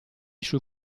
sul